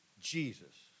Jesus